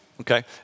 Okay